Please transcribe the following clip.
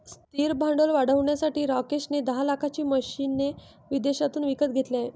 स्थिर भांडवल वाढवण्यासाठी राकेश ने दहा लाखाची मशीने विदेशातून विकत घेतले आहे